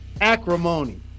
Acrimony